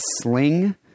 sling